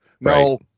No